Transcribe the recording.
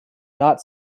not